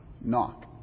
Knock